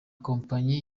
kompanyi